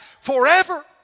forever